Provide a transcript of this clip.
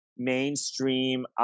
mainstream